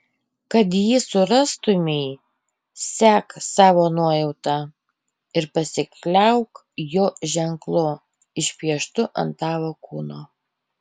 kad jį surastumei sek savo nuojauta ir pasikliauk jo ženklu išpieštu ant tavo kūno